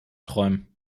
träumen